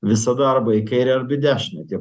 visą darbą į kairę arba į dešinę tie